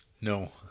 no